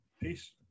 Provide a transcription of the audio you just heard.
peace